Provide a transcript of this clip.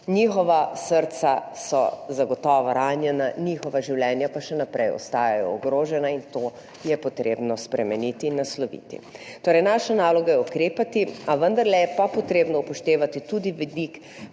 Njihova srca so zagotovo ranjena, njihova življenja pa še naprej ostajajo ogrožena in to je potrebno spremeniti in nasloviti. Torej, naša naloga je ukrepati, a vendarle je potrebno upoštevati tudi vidik